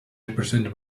represented